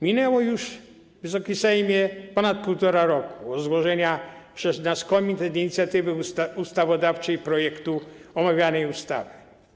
Minęło już, Wysoki Sejmie, ponad półtora roku od złożenia przez Komitet Inicjatywy Ustawodawczej projektu omawianej ustawy.